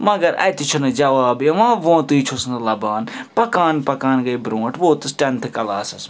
مَگَر اَتہِ چھُ نہٕ جَواب یِوان ووٗنٛتُے چھُس نہٕ لَبان پَکان پَکان گٔے برٛونٛٹھ ووتُس ٹیٚنتھٕ کَلاسَس مَنٛز